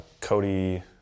Cody